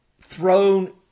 thrown